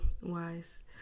wise